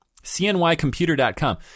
CNYcomputer.com